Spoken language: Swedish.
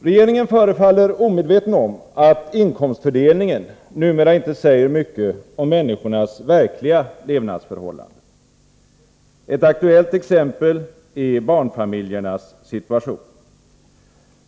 Regeringen förefaller omedveten om att inkomstfördelningen numera inte säger mycket om människornas verkliga levnadsförhållanden. Ett aktuellt exempel är barnfamiljernas situation.